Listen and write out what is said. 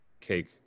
cake